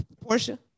Portia